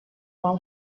باهام